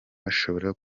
bashobora